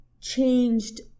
changed